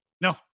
No